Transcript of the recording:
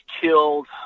killed